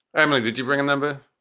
emily, did you bring a number?